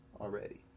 already